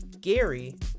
Gary